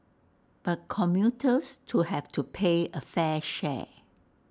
but commuters to have to pay A fair share